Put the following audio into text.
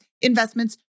investments